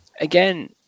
again